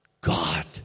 God